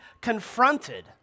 confronted